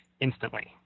instantly